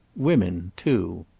women too.